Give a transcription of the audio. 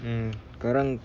mm sekarang